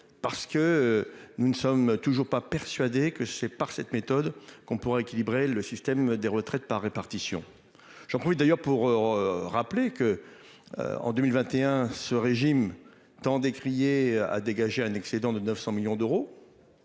parce que nous ne sommes toujours pas persuadé que c'est par cette méthode qu'on pourra équilibrer le système des retraites par répartition. J'en profite d'ailleurs pour. Rappeler que. En 2021, ce régime tant décrié a dégagé un excédent de 900 millions d'euros.